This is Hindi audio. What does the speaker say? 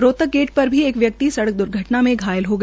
रोहतक गेट र भी एक व्यकित सड़क द्र्घटन में घायल हो गया